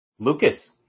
Lucas